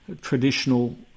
traditional